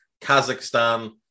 Kazakhstan